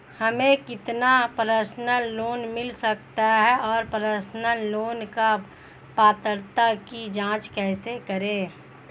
हमें कितना personal loan मिल सकता है और पर्सनल लोन पात्रता की जांच कैसे करें?